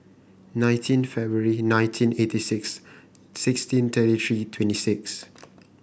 nineteen February nineteen eighty six sixteen thirty three twenty six